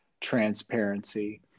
transparency